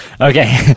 Okay